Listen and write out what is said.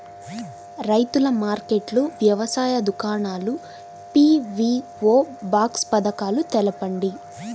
రైతుల మార్కెట్లు, వ్యవసాయ దుకాణాలు, పీ.వీ.ఓ బాక్స్ పథకాలు తెలుపండి?